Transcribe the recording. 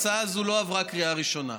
הצעה זו לא עברה קריאה ראשונה.